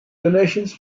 donations